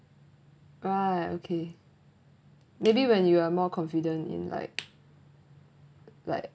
right okay maybe when you are more confident in like like